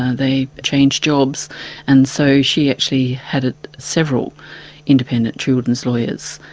they change jobs and so she actually had several independent children's lawyers,